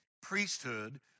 priesthood